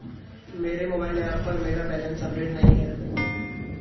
मेरे mobile app पर मेरा बैलेंस अपडेट नहीं है